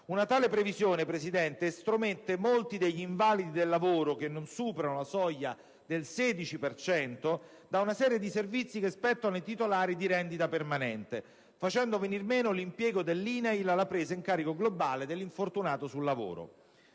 Una tale previsione, Presidente, estromette molti degli invalidi del lavoro che non superano la soglia del 16 per cento da una serie di servizi che spettano ai titolari di rendita permanente, facendo venire meno l'impiego dell'INAIL alla presa in carico globale dell'infortunato sul lavoro.